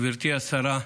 גברתי השרה,